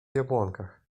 jabłonkach